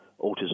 autism